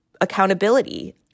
accountability